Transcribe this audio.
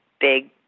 big